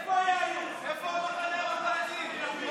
הגבלה על העלאת דמי השכירות),